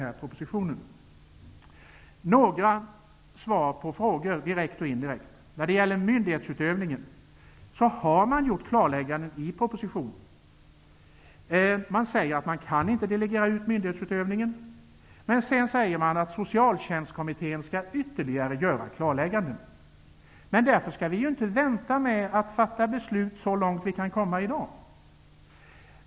Så går jag vidare till några svar på direkta och indirekta frågor. När det gäller myndighetsutövningen har regeringen i propositionen gjort klarlägganden. Det går inte att delegera myndighetsutövningen, sägs det. Det sägs också att Socialtjänstkommittén skall komma med ytterligare klarlägganden. Vi skall därför inte vänta med att fatta beslut om det som vi i dag kan fatta beslut om.